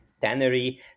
tannery